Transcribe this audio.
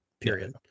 period